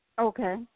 Okay